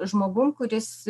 žmogum kuris